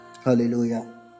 Hallelujah